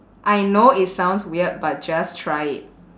I know it sounds weird but just try it